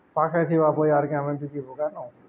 ପାଖେ ଥିବା ବଜାର୍କେ ଆମେ ବିକି ବୁକା ନଉଁ